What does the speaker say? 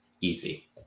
easy